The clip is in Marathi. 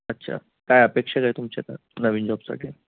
अच्छा काय अपेक्षा काय तुमच्या ता नवीन जॉबसाठी